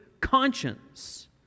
conscience